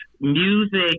music